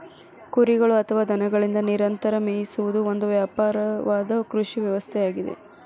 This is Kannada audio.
ಕುರಿಗಳು ಅಥವಾ ದನಗಳಿಂದ ನಿರಂತರ ಮೇಯಿಸುವುದು ಒಂದು ವ್ಯಾಪಕವಾದ ಕೃಷಿ ವ್ಯವಸ್ಥೆಯಾಗಿದೆ